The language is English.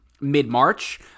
mid-March